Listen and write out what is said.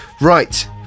Right